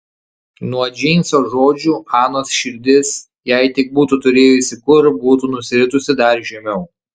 nuo džeimso žodžių anos širdis jei tik būtų turėjusi kur būtų nusiritusi dar žemiau